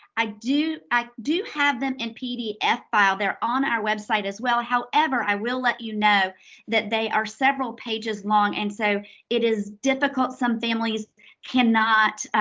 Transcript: i do i do have them in pdf file. they're on our website as well. however, i will let you know that they are several pages long, and so it is difficult. some families cannot,